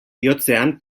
bihotzean